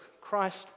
Christ